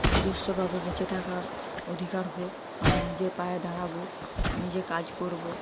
নিজস্বভাবে বেঁচে থাকার অধিকার হোক আমরা নিজের পায়ে দাঁড়াব নিজে কাজ করব